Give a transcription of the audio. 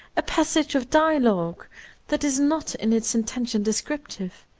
a passage of dialogue that is not in its intention descriptive,